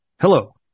hello